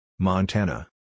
Montana